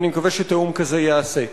ואני מקווה שתיאום כזה ייעשה.